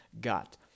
got